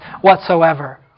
whatsoever